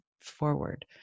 forward